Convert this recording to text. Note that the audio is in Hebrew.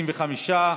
65,